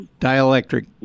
Dielectric